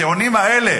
הטיעונים האלה,